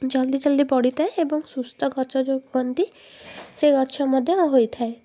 ଜଲ୍ଦି ଜଲ୍ଦି ବଢ଼ିଥାଏ ଏବଂ ସୁସ୍ଥ ଗଛ ଯେଉଁ କୁହନ୍ତି ସେ ଗଛ ମଧ୍ୟ ହୋଇଥାଏ